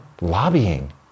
Lobbying